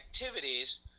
activities